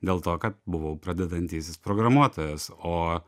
dėl to kad buvau pradedantysis programuotojas o